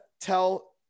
tell